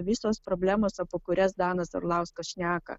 visos problemos apie kurias danas arlauskas šneka